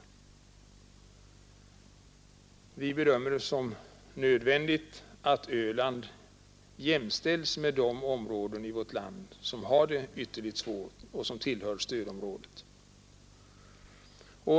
Många bedömer det som nödvändigt att Öland jämställs med de områden i vårt land som har det ytterligt svårt och som tillhör stödområdet.